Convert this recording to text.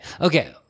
okay